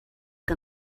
que